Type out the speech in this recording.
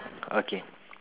okay